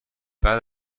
بعد